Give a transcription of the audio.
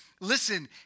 Listen